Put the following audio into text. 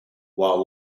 while